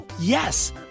yes